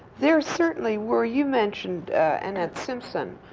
there certainly were you mentioned annette simpson